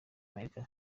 amerika